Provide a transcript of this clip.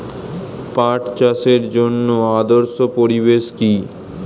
পাট চাষের জন্য আদর্শ পরিবেশ কি?